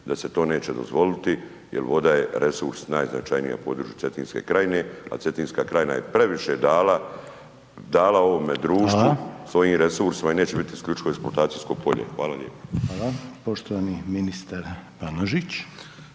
da se to neće dozvoliti jer voda je resurs najznačajniji na području Cetinske krajine a Cetinska krajina je previše dala, dala ovome društvu svojim resursima i neće biti isključivo eksploatacijsko polje. Hvala lijepa. **Reiner, Željko (HDZ)** Hvala. Poštovani ministar Banožić.